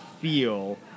feel